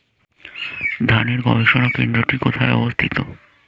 ধানের গবষণা কেন্দ্রটি কোথায় অবস্থিত?